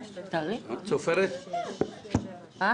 מי נמנע?